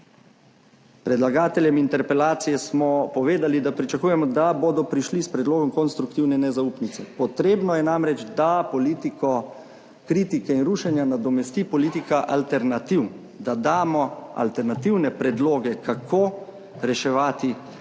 Predlagateljem interpelacije smo povedali, da pričakujemo, da bodo prišli s predlogom konstruktivne nezaupnice. Potrebno je namreč, da politiko kritike in rušenja nadomesti politika alternativ, da damo alternativne predloge, kako reševati